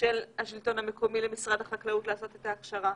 של השלטון המקומי למשרד החקלאות לעשות את ההכשרה.